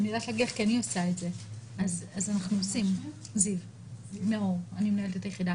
אז כשבאים ומנתחים ומה